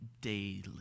daily